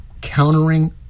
countering